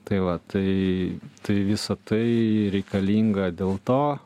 tai va tai tai visa tai reikalinga dėl to